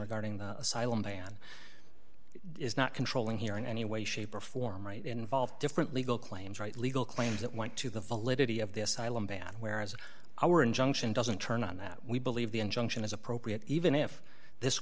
regarding the asylum ban it is not controlling here in any way shape or form right involved different legal claims right legal claims that went to the validity of the asylum ban whereas our injunction doesn't turn on that we believe the injunction is appropriate even if this